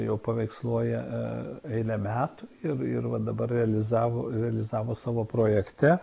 jau paveiksluoja eilę metų ir ir va dabar realizavo realizavo savo projekte